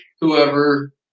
whoever